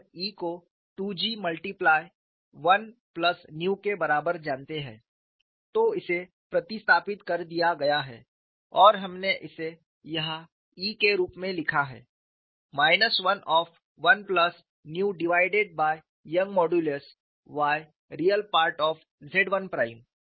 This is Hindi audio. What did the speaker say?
हम E को 2 G मल्टिप्लाय 1 प्लस न्यू के बराबर जानते हैं तो इसे प्रतिस्थापित कर दिया गया है और हमने इसे यहां E के रूप में लिखा है minus one of one plus nu divided by Young modulus y real part of Z 1 prime